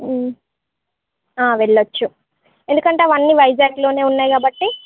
వెళ్ళొచ్చు ఎందుకంటే అవన్నీ వైజాగ్లోనే ఉన్నాయి కాబట్టి